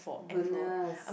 goodness